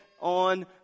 on